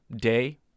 day